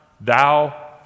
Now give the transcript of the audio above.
thou